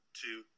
two